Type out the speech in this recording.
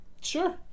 sure